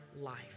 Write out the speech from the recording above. life